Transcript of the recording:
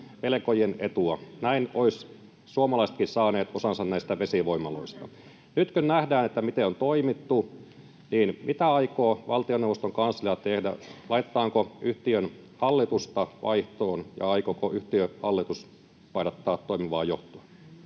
velkojien etua. Näin olisivat suomalaisetkin saaneet osansa näistä vesivoimaloista. Nyt kun nähdään, miten on toimittu, niin mitä aikoo valtioneuvoston kanslia tehdä, laitetaanko yhtiön hallitusta vaihtoon? Ja aikooko yhtiön hallitus vaihdattaa toimivaa johtoa?